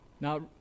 Now